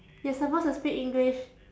you're suppose to speak english